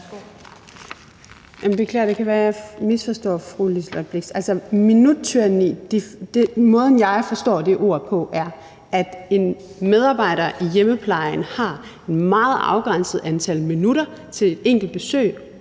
Beklager, det kan være, at jeg misforstår fru Liselott Blixt. Altså, måden, jeg forstår ordet minuttyranni på, er, at en medarbejder i hjemmeplejen har et meget afgrænset antal minutter til et enkelt besøg